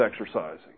exercising